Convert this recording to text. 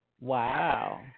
Wow